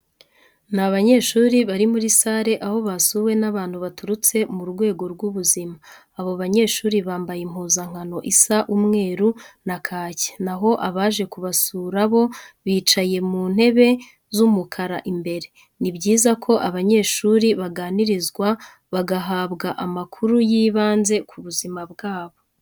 Ni abanyeshuri bari muri sale aho basuwe n'abantu baturutse mu rwego rw'ubuzima. Abo banyeshuri bambaye impuzankano isa umweru na kake naho abaje ku basura bo bicaye mu ntebe z'umukara imbere. Ni byiza ko abanyeshuri baganirizwa bagahabwa amakuru y'ibanze ku buzima bwabo.